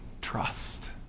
trust